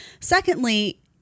Secondly